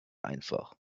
einfach